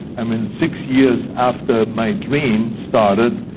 i mean six years after my dream started,